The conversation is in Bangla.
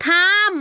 থাম